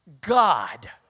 God